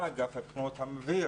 מהאגף עצמו שמסביר